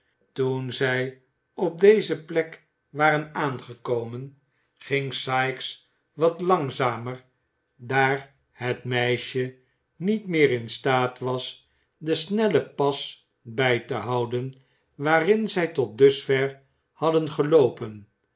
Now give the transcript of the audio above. toen zij op deze plek waren aangekomen ging sikes wat langzamer daar het meisje niet meer in staat was den snellen pas bij te houden waarin zij tot dusver hadden geloopen